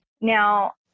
Now